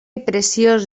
preciós